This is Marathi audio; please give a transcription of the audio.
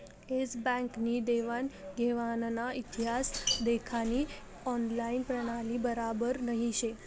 एस बँक नी देवान घेवानना इतिहास देखानी ऑनलाईन प्रणाली बराबर नही शे